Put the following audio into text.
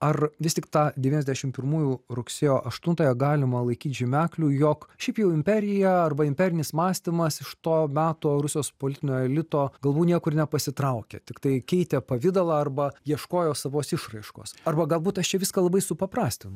ar vis tik tą devyniasdešim pirmųjų rugsėjo aštuntąją galima laikyti žymekliu jog šiaip jau imperija arba imperinis mąstymas iš to meto rusijos politinio elito galvų niekur nepasitraukė tiktai keitė pavidalą arba ieškojo savos išraiškos arba galbūt aš čia viską labai supaprastinu